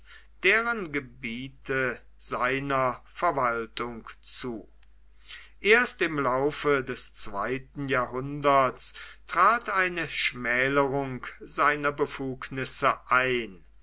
deren gebiete seiner verwaltung zu erst im laufe des zweiten jahrhunderts trat eine schmälerung seiner befugnisse ein